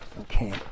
okay